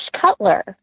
Cutler